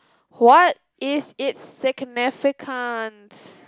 what is it significance